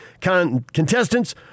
Contestants